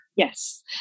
Yes